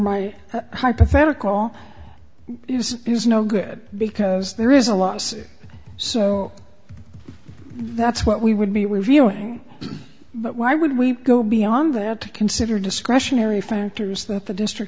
my hypothetical is no good because there is a lot so that's what we would be reviewing but why would we go beyond that to consider discretionary factors that the district